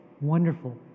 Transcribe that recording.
wonderful